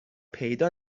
پیدا